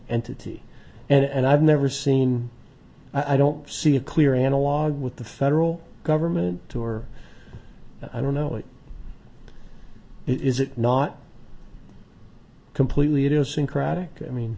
entity and i've never seen i don't see a clear analogue with the federal government or i don't know if it is it not completely idiosyncratic i mean